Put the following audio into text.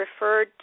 referred